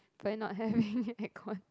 so not having aircon